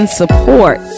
support